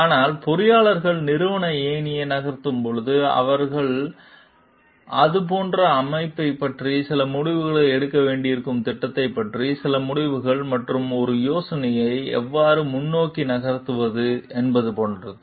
ஆனால் பொறியியலாளர் நிறுவன ஏணியை நகர்த்தும்போது அவர் போன்ற அமைப்பைப் பற்றி சில முடிவுகளை எடுக்க வேண்டியிருக்கும் திட்டத்தைப் பற்றிய சில முடிவுகள் மற்றும் ஒரு யோசனையை எவ்வாறு முன்னோக்கி நகர்த்துவது என்பது போன்றது